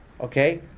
Okay